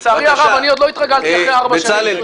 לצערי הרב, אני עוד לא התרגלתי אחרי ארבע שנים.